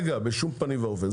רגע, בשום פנים ואופן.